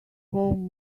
home